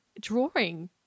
drawing